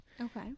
Okay